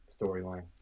storyline